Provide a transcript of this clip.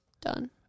done